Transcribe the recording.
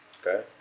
Okay